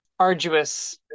arduous